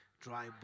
dry